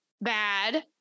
Bad